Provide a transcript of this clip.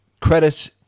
credit